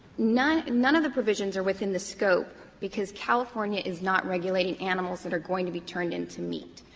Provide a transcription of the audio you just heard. none none of the provisions are within the scope because california is not regulating animals that are going to be turned into meat.